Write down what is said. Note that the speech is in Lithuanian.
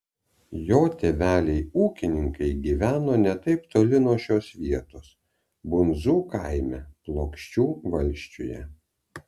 jo tėveliai ūkininkai gyveno ne taip toli nuo šios vietos bundzų kaime plokščių valsčiuje